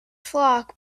flock